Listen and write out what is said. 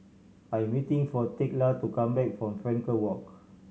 I am waiting for Thekla to come back from Frankel Walk